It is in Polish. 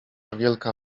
wielka